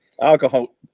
alcohol